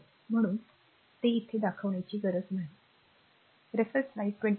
म्हणून ते न दाखवणे हे समजण्यासारखे आहे